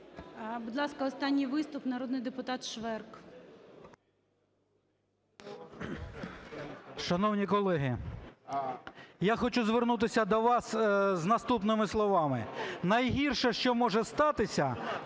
Будь ласка, останній виступ. Народний депутат Шверк. 11:10:15 ШВЕРК Г.А. Шановні колеги, я хочу звернутися до вас з наступними словами. Найгірше, що може статися,